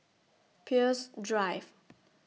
Peirce Drive